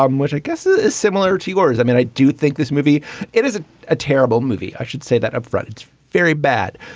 um which i guess ah is similar to yours. i mean, i do think this movie is ah a terrible movie. i should say that upfront. it's very bad,